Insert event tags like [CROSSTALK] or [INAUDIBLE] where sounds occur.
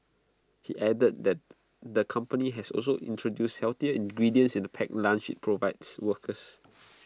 he added that the company has also introduced healthier ingredients in the packed lunches IT provides workers [NOISE]